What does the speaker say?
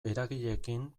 eragileekin